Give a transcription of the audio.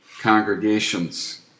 congregations